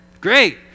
great